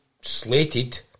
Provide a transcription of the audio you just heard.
slated